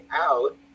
out